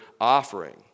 offering